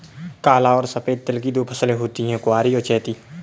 काला और सफेद तिल की दो फसलें होती है कुवारी और चैती